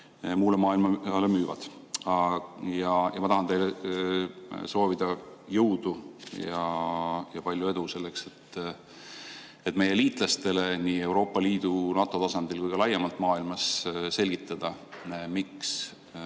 muule maailmale müüvad. Ja ma tahan teile soovida jõudu ja palju edu selleks, et meie liitlastele nii Euroopa Liidu, NATO tasandil kui ka laiemalt maailmas selgitada, miks